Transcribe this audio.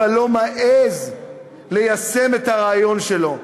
אבל לא מעז ליישם את הרעיון שלו.